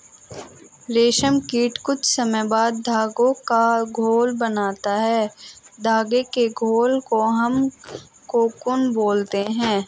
रेशम कीट कुछ समय बाद धागे का घोल बनाता है धागे के घोल को हम कोकून बोलते हैं